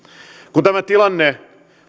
kun tämä tilanne